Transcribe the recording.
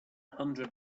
hundred